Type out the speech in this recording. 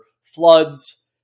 floods